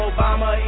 Obama